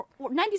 90s